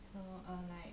so uh like